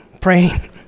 praying